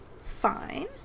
fine